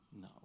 No